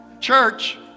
Church